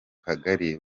kagari